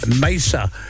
Mesa